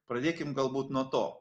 pradėkim galbūt nuo to